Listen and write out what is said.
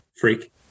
Freak